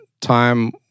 time